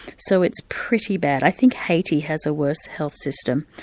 so it's pretty bad. i think haiti has a worse health system.